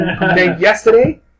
yesterday